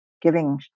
giving